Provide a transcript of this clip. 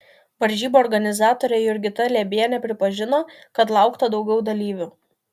varžybų organizatorė jurgita liebienė pripažino kad laukta daugiau dalyvių